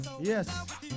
Yes